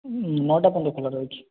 ନଅଟା ପର୍ଯ୍ୟନ୍ତ ଖୋଲା ରହୁଛି